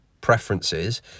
preferences